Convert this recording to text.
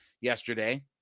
yesterday